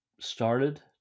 started